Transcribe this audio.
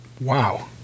wow